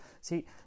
See